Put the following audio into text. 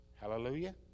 Hallelujah